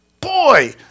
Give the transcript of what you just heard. Boy